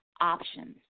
options